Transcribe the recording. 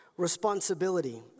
responsibility